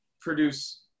produce